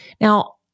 now